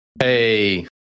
Hey